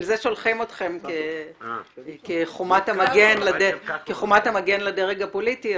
שולחים אותם כחומת המגן לדרג הפוליטי.